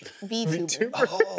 VTuber